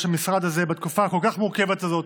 המשרד הזה בתקופה הכל-כך מורכבת הזאת,